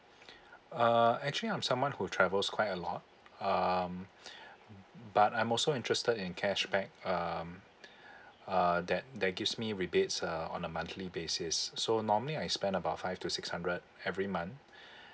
uh actually I'm someone who travels quite a lot um but I'm also interested in cashback um uh that that gives me rebates uh on a monthly basis so normally I spend about five to six hundred every month